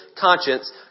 conscience